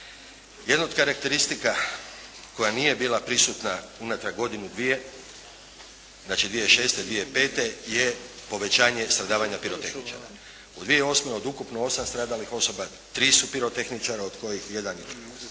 Jedna od karakteristika koja nije bila prisutna unatrag godinu-dvije, znači 2006. i 2005. je povećanje stradavanja pirotehničara. U 2008. od ukupno 8 stradalih osoba, 3 su pirotehničara od kojih je